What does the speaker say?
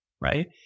right